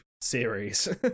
series